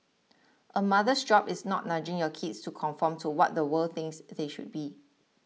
a mother's job is not nudging your kids to conform to what the world thinks they should be